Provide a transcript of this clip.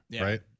right